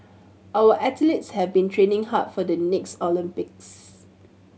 our athletes have been training hard for the next Olympics